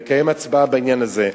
ולקיים הצבעה בעניין הזה.